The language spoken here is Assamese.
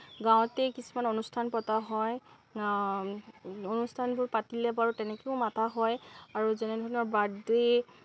গাঁৱতেই কিছুমান অনুষ্ঠান পতা হয় অনুষ্ঠানবোৰ পাতিলে বাৰু তেনেকেও মতা হয় আৰু যেনেধৰণৰ বাৰ্থডে